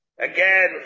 Again